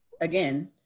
again